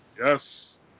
Yes